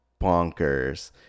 bonkers